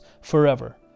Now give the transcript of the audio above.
forever